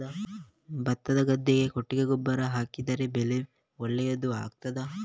ಭತ್ತದ ಗದ್ದೆಗೆ ಕೊಟ್ಟಿಗೆ ಗೊಬ್ಬರ ಹಾಕಿದರೆ ಬೆಳೆ ಒಳ್ಳೆಯದು ಆಗುತ್ತದಾ?